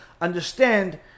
understand